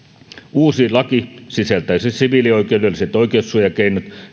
uusi laki sisältäisi siviilioikeudelliset oikeussuojakeinot